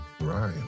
right